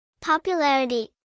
Popularity